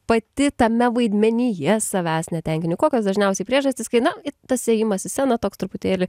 pati tame vaidmenyje savęs netenkini kokios dažniausiai priežastys kai na tas ėjimas į sceną toks truputėlį